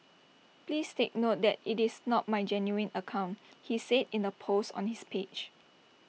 please take note that IT is not my genuine account he said in A post on his page